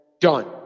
done